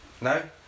No